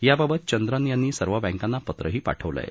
याबाबत चंद्रन यांनी सर्व बँकांना पत्रही पाठवलं आहे